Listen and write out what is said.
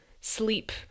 sleep